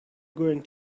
going